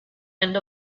end